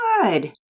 Good